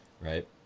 Right